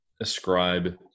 ascribe